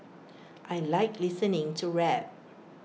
I Like listening to rap